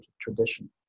tradition